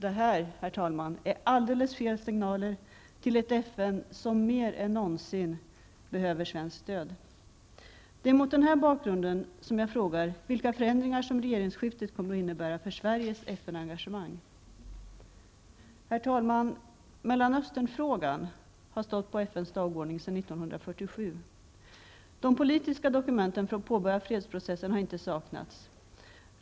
Det här, herr talman, är alldeles fel signaler till ett FN som mer än någonsin behöver svenskt stöd. Det är mot denna bakgrund som jag frågar vilka förändringar som regeringsskiftet kommer att innebära för Sveriges FN-engagemang. Herr talman! Mellanöstern-frågan har stått på FNs dagordning sedan 1947. De politiska dokumenten för att påbörja fredsprocessen har inte saknats.